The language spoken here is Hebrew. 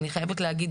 אני חייבת להגיד,